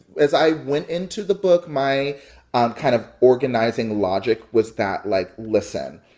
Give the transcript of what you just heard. as i went into the book, my kind of organizing logic was that, like, listen,